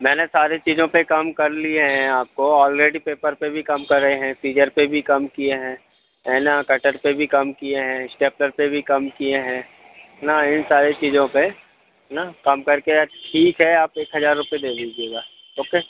मैंने सारे चीज़ों पर कम कर लिए हैं आपको ऑलरेडी पेपर पर भी कम कर रहे हैं सीजर पर भी कम किए है ना कटर पर भी कम किए हैं स्टेपलर पर भी कम किए हैं ना इन सारी चीज़ों पर ना कम करके या ठीक है आप एक हज़ार रुपये दे दीजिएगा ओके